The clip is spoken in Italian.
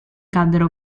caddero